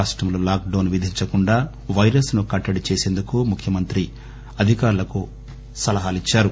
రాష్టంలో lockdown విధించకుండా virus ను కట్టడి చేసేందుకు ముఖ్యమంత్రి అధికారులకు అనేక సలహాలిచ్చారు